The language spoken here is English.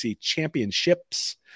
championships